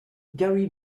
gary